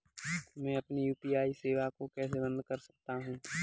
मैं अपनी यू.पी.आई सेवा को कैसे बंद कर सकता हूँ?